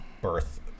birth